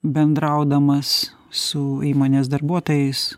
bendraudamas su įmonės darbuotojais